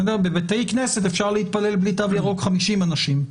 בבתי כנסת אפשר להתפלל בלי תו ירוק 50 אנשים.